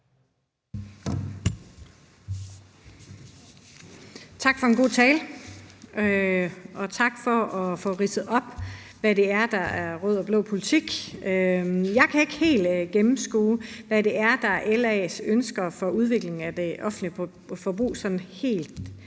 Tak for en god tale. Og tak for, at vi har fået ridset op, hvad der er rød og blå politik. Jeg kan ikke helt gennemskue, hvad der sådan helt nøjagtig er LA's ønsker for udviklingen af det offentlige forbrug, altså hvad det er